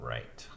Right